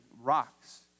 rocks